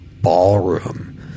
ballroom